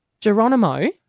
Geronimo